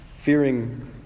Fearing